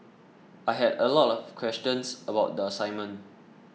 I had a lot of questions about the assignment